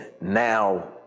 now